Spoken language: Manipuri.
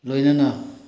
ꯂꯣꯏꯅꯅ